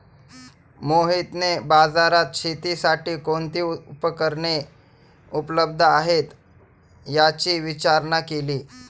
मोहितने बाजारात शेतीसाठी कोणती उपकरणे उपलब्ध आहेत, याची विचारणा केली